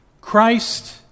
Christ